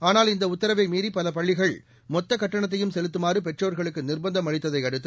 ஆனால் இந்த உத்தரவை மீறி பல பள்ளிகள் மொத்த கட்டணத்தையும் செலுத்துமாறு பெற்றோர்களுக்கு நிர்பந்தம் அளித்ததை அடுத்து